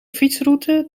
fietsroute